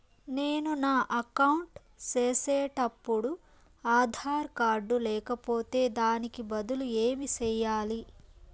నేను నా అకౌంట్ సేసేటప్పుడు ఆధార్ కార్డు లేకపోతే దానికి బదులు ఏమి సెయ్యాలి?